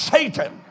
Satan